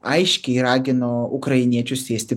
aiškiai ragino ukrainiečius sėsti